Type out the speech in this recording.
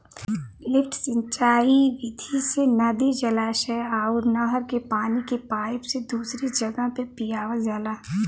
lift सिंचाई विधि से नदी, जलाशय अउर नहर के पानी के पाईप से दूसरी जगह पे लियावल जाला